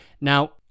Now